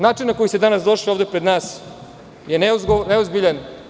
Način na koji ste danas došli pred nas je neozbiljan.